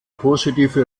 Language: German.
positive